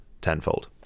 tenfold